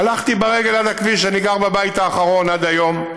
הלכתי ברגל עד הכביש, אני גר בבית האחרון עד היום,